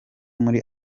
muri